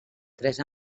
tres